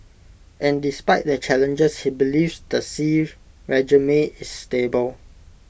and despite the challenges he believes the Xi regime is stable